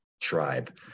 tribe